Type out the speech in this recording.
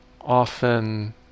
Often